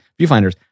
viewfinders—